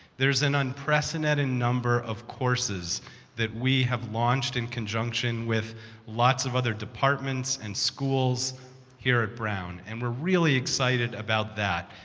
there is an unprecedented number of courses that we have launched in conjunction with lots of other departments and schools here at brown, and we're really excited about that.